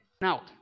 Now